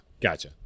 gotcha